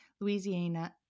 Louisiana